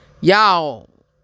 Y'all